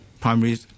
primary